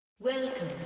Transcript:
Welcome